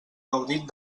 gaudit